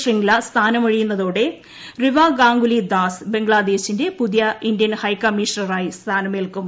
ശ്യങ്ല സ്ഥാനമൊഴിയുന്നതോടെ റിവ ഗാംഗുലി ദാസ് ബംഗ്ലാദേശിന്റെ പുതിയ ഇന്ത്യൻ ഹൈക്കമ്മീഷണറായി സ്ഥാനമേൽക്കും